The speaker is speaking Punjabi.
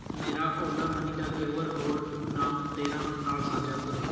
ਮੇਰਾ ਓਲਾ ਮਨੀ ਦਾ ਕਿਊ ਆਰ ਕੋਡ ਨਾਮ ਤੇਰਾਂ ਨਾਲ ਸਾਂਝਾ ਕਰੋ